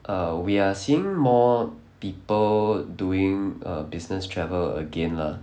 err we are seeing more people doing err business travel again lah